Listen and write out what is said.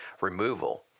removal